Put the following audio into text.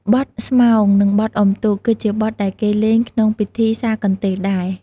បទស្មោង និងបទអ៊ុំទូក ក៏ជាបទដែលគេលេងក្នុងពិធីសាកន្ទេលដែរ។